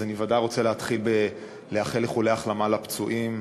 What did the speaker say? אני בוודאי רוצה להתחיל באיחולי החלמה לפצועים,